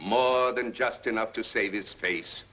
more than just enough to save his face